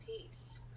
peace